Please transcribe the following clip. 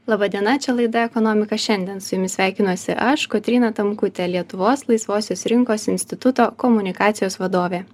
laba diena čia laida ekonomika šiandien su jumis sveikinuosi aš kotryna tamkutė lietuvos laisvosios rinkos instituto komunikacijos vadovė